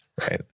right